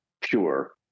pure